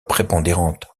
prépondérante